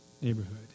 neighborhood